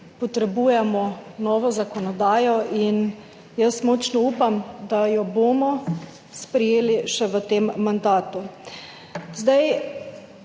občin novo zakonodajo in jaz močno upam, da jo bomo sprejeli še v tem mandatu.